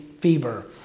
fever